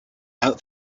out